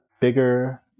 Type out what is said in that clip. bigger